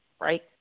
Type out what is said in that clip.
right